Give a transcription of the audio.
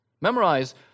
Memorize